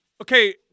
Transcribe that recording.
Okay